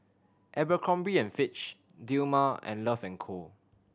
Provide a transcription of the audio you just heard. Abercrombie and Fitch Dilmah and Love and Co